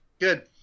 Good